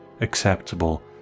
acceptable